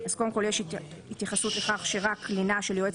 אז קודם כול יש התייחסות לכך שרק לינה של יועץ